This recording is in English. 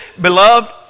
Beloved